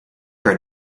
her